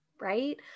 right